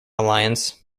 alliance